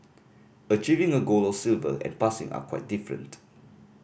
achieving a gold or silver and passing are quite different